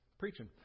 preaching